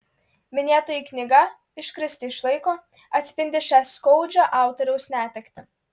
minėtoji knyga iškristi iš laiko atspindi šią skaudžią autoriaus netektį